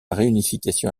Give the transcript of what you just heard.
réunification